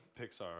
Pixar